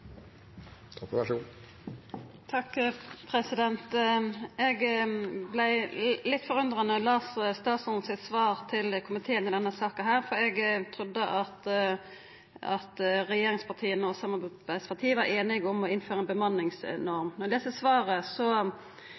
Eg vart litt forundra da eg las statsråden sitt svar til komiteen i denne saka, for eg trudde at regjeringspartia og samarbeidspartia var einige om å innføra ei bemanningsnorm. Men i svaret